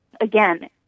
again